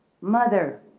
Mother